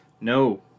No